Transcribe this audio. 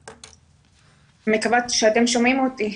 בבקשה.